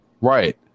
Right